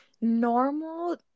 normal